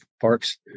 parks